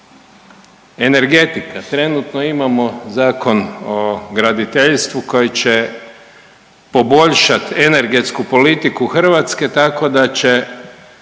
Energetika trenutno imamo Zakon o graditeljstvu koji će poboljšati energetsku politiku Hrvatske tako da će